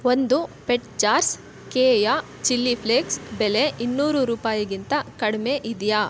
ಒಂದು pet jars ಕೇಯ chilli flakes ಬೆಲೆ ಇನ್ನೂರು ರೂಪಾಯಿಗಿಂತ ಕಡಿಮೆ ಇದೆಯಾ